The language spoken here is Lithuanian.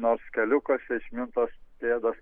nors keliukuose išmintos pėdos